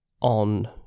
on